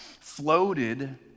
floated